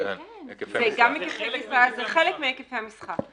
זה חלק מהיקפי המסחר.